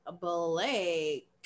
Blake